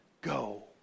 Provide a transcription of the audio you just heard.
go